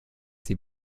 sie